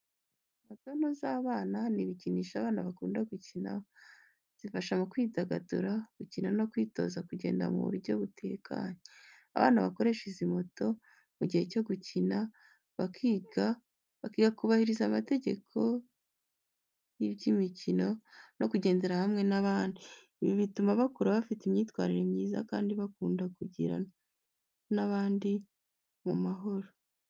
Moto nto z’abana ni ibikinisho abana bakunda gukinaho. Zifasha mu kwidagadura, gukina no kwitoza kugenda mu buryo butekanye. Abana bakoresha izi moto mu gihe cyo gukina, bakiga kubahiriza amategeko y’iby’imikino no kugendera hamwe n’abandi. Ibi bituma bakura bafite imyitwarire myiza kandi bakunda kuganira n’abandi mu mahoro.